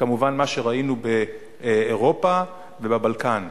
וכמובן מה שראינו באירופה ובבלקן,